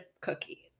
cookie